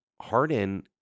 Harden